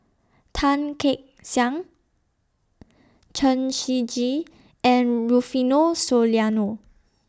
Tan Kek Hiang Chen Shiji and Rufino Soliano